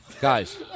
Guys